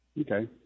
Okay